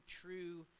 true